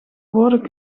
woorden